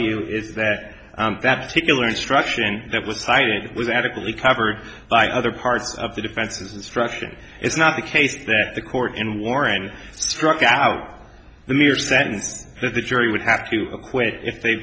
you is that that particular instruction that was cited was adequately covered by other parts of the defense's instruction it's not the case that the court in warren struck out the mere sense that the jury would have to acquit if they